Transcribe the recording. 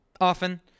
often